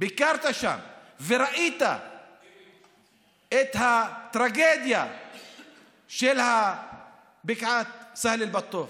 ביקרת שם וראית את הטרגדיה של בקעת סהל אל-בטוף.